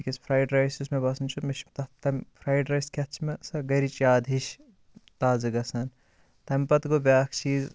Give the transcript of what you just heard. تِکیاز fried rice یُس مےٚ باسان چھُ مےٚ تَتھ تَمہِ فرٛایِڈ رایِس کھیتھ چھُ مےٚ سۄ گَرِچ یاد ہِش تازٕ گَژھان تَمہِ پتہٕ گوٚو بیاکھ چیٖز